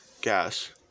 gas